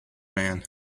man